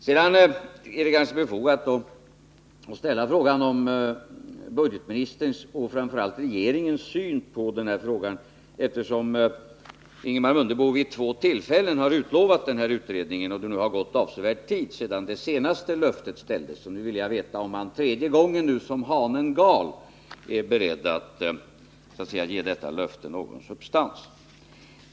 Sedan är det kanske befogat att fråga om budgetministerns — och framför allt regeringens — syn på den här saken, eftersom Ingemar Mundebo vid två tillfällen har utlovat denna utredning och det nu har gått avsevärd tid sedan det senaste löftet gavs. Nu vill jag veta om han — tredje gången som hanen gal — är beredd att ge detta löfte någon substans.